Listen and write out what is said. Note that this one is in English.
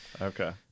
Okay